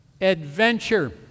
adventure